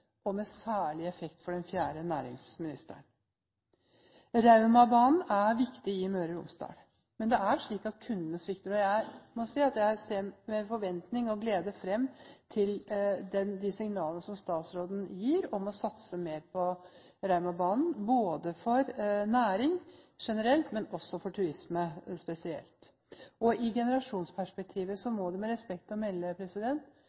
og med særlig effekt for den fjerde: næringsministeren. Raumabanen er viktig i Møre og Romsdal, men det er slik at kundene svikter, og jeg må si at jeg ser med forventning og glede fram til de signalene som statsråden gir, om å satse mer på Raumabanen, både for næring generelt og for turisme spesielt. I generasjonsperspektivet må det med respekt å melde